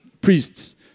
priests